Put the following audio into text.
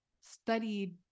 studied